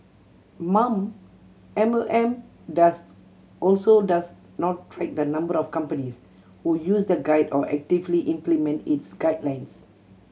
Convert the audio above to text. mom M O M does also does not track the number of companies who use the guide or actively implement its guidelines